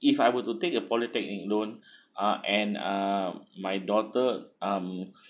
if I were to take a polytechnic loan uh and uh my daughter um